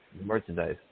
Merchandise